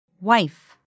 Wife